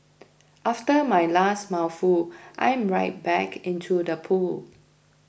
after my last mouthful I'm right back into the pool